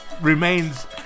remains